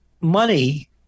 money